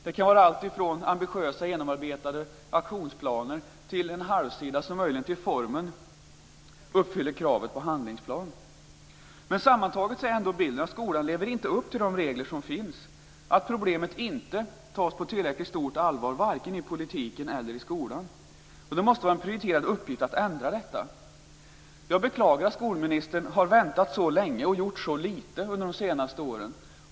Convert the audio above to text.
Det kan vara allt från ambitiösa, genomarbetade aktionsplaner, till en halvsida som möjligen till formen uppfyller kravet på handlingsplan. Sammantaget är bilden att skolan inte lever upp till de regler som finns. Problemet tas inte på tillräckligt stort allvar, inte vare sig i politiken eller i skolan. Det måste vara en prioriterad uppgift att ändra detta. Jag beklagar att skolministern har väntat så länge och gjort så litet under de senaste åren.